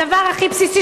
הדבר הכי בסיסי,